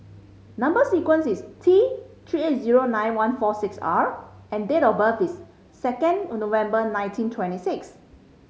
number sequence is T Three eight zero nine one four six R and date of birth is second of November nineteen twenty six